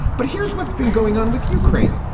but here's what's been going on with ukraine.